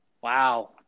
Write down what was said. Wow